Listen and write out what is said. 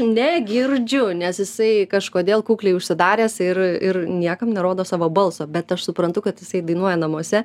negirdžiu nes jisai kažkodėl kukliai užsidaręs ir ir niekam nerodo savo balso bet aš suprantu kad jisai dainuoja namuose